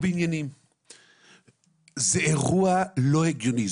מבחני התמיכה לא יורדים,